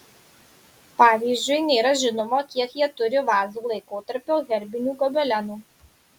pavyzdžiui nėra žinoma kiek jie turi vazų laikotarpio herbinių gobelenų